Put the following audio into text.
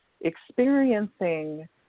experiencing